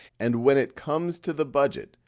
and when it comes to the budget,